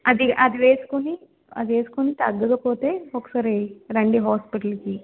అది అది వేసుకుని అది వేసుకుని తగ్గకపోతే ఒకసారి రండి హాస్పిటల్కి